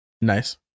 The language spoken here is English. Nice